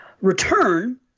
return